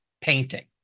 painting